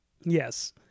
yes